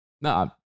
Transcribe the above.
No